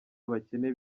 abakene